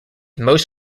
most